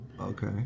Okay